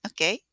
Okay